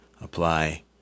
apply